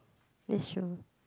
that's true